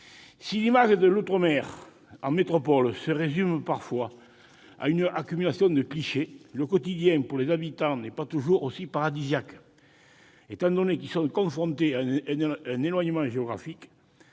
Si l'image de l'outre-mer en métropole se résume parfois à une accumulation de clichés, le quotidien, pour les habitants, n'est pas toujours aussi paradisiaque. En effet, ceux-ci sont confrontés à l'éloignement géographique,